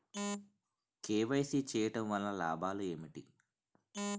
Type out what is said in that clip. KYC చేయటం వలన లాభాలు ఏమిటి?